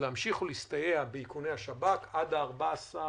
להמשיך ולהסתייע באיכוני השב"כ עד ה-15